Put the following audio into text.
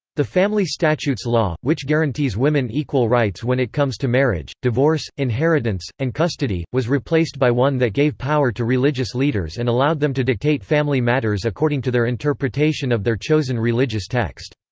the family statutes law, which guarantees women equal rights when it comes to marriage, divorce, inheritance, and custody, was replaced by one that gave power to religious leaders and allowed them to dictate family matters according to their interpretation of their chosen religious text